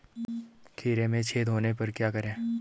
खीरे में छेद होने पर क्या करें?